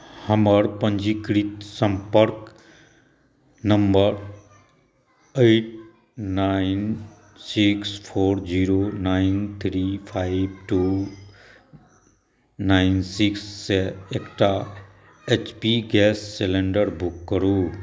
हमर पञ्जीकृत सम्पर्क number eight nine six four zero nine three five two nine सिक्ससँ एकटा H P gas cylinder book करू